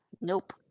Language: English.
Nope